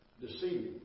deceiving